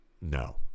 no